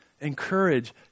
encourage